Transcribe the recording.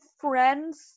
friends